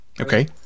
Okay